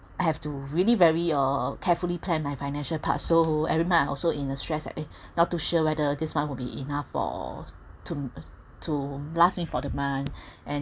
I have to really very uh carefully plan my financial part so every month I also in the stress eh not too sure whether this one will be enough for to to last me for the month and